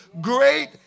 Great